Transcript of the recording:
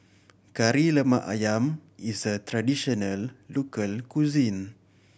Kari Lemak Ayam is a traditional local cuisine